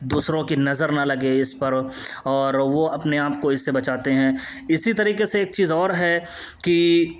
دوسروں کی نظر نہ لگے اس پر اور وہ اپنے آپ کو اس سے بچاتے ہیں اسی طریقے سے ایک چیز اور ہے کہ